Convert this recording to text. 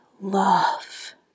love